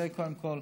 זה קודם כול,